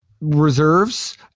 reserves